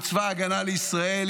עם צבא ההגנה לישראל,